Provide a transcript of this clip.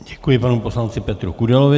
Děkuji panu poslanci Petru Kudelovi.